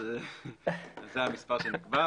זה המספר שנקבע,